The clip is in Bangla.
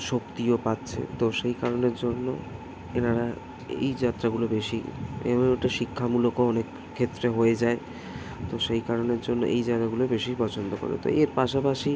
শক্তিও পাচ্ছে তো সেই কারণের জন্য এনারা এই যাত্রাগুলো বেশি এবং এটা শিক্ষামূলকও অনেক ক্ষেত্রে হয়ে যায় তো সেই কারণের জন্য এই জায়গাগুলো বেশিই পছন্দ করে তো এর পাশাপাশি